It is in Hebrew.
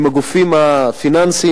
עם הגופים הפיננסיים,